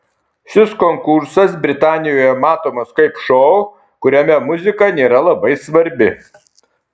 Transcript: šis konkursas britanijoje matomas kaip šou kuriame muzika nėra labai svarbi